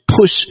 push